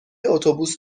اتوبوس